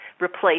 replace